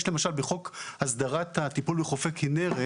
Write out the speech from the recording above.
יש למשל בחוק הסדרת הטיפול בחופי כנרת